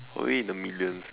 probably in the millions